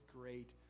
great